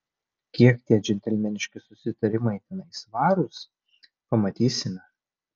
kiek tie džentelmeniški susitarimai tenai svarūs pamatysime